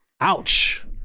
Ouch